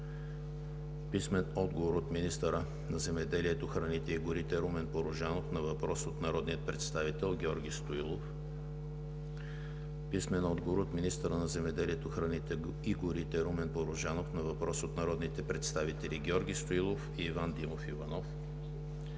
Бъчварова; - министъра на земеделието, храните и горите Румен Порожанов на въпрос от народния представител Георги Стоилов; - министъра на земеделието, храните и горите Румен Порожанов на въпрос от народните представители Георги Стоилов и Иван Димов Иванов;